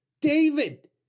David